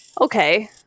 okay